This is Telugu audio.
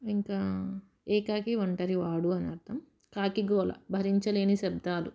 ఇంకా ఏకాకి ఒంటరి వాడు అని అర్థం కాకి గోల భరించలేని శబ్దాలు